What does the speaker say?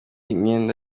imyenda